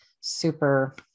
super